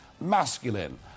masculine